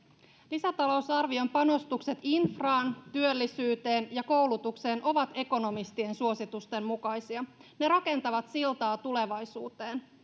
lisätalousarvion panostukset infraan työllisyyteen ja koulutukseen ovat ekonomistien suositusten mukaisia ne rakentavat siltaa tulevaisuuteen